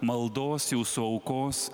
maldos jūsų aukos